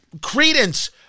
credence